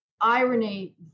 irony